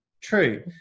true